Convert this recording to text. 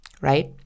right